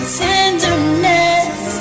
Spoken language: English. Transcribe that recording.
tenderness